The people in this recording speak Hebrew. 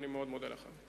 אני מאוד מודה לך.